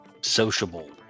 sociable